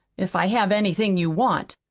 if i have anything you want.